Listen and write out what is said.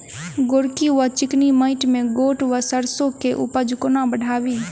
गोरकी वा चिकनी मैंट मे गोट वा सैरसो केँ उपज कोना बढ़ाबी?